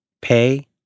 pay